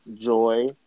Joy